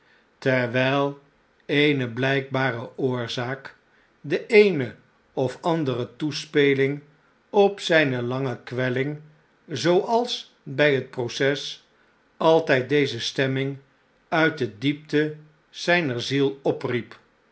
terwjjl eene blpbare oorzaak de eene of andere toespeling op zpe lange kwelling zooals bij het proces altijd deze stemming uit de diepte zper ziel opriep